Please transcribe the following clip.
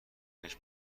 بهشت